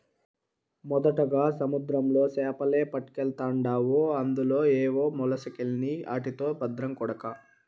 మొదటగా సముద్రంలో సేపలే పట్టకెల్తాండావు అందులో ఏవో మొలసకెల్ని ఆటితో బద్రం కొడకా